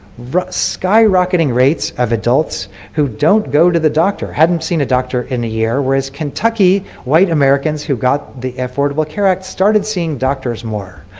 sky rocketing rates of adults who don't go to the doctor, haven't seen a doctor in a year, whereas kentucky white americans who got the affordable care act started seeing doctors more.